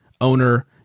owner